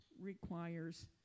requires